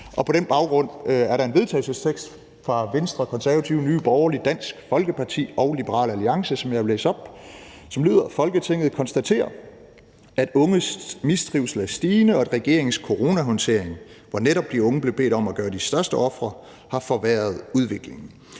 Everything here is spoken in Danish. På den baggrund vil jeg gerne på vegne af Venstre, Konservative, Nye Borgerlige, Dansk Folkeparti og Liberal Alliance fremsætte følgende: Forslag til vedtagelse »Folketinget konstaterer, at unges mistrivsel er stigende, og at regeringens coronahåndtering, hvor netop de unge blev bedt om at gøre de største ofre, har forværret udviklingen.